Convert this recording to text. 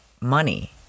money